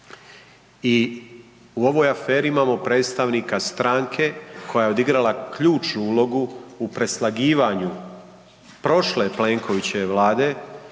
I u ovoj aferi imamo predstavnika stranke koja je odigrala ključnu ulogu u preslagivanju prošle Plenkovićeve vlada